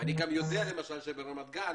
אני גם יודע, למשל, שברמת גן